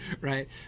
right